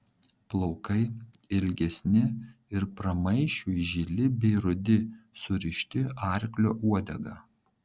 plaukai ilgesni ir pramaišiui žili bei rudi surišti arklio uodega